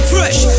Fresh